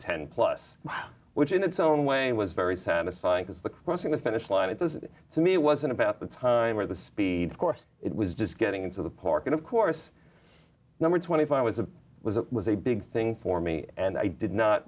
ten plus mile which in its own way was very satisfying because the crossing the finish line it was to me it wasn't about the time or the speed of course it was just getting into the park and of course number twenty five was a was a was a big thing for me and i did not